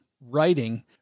writing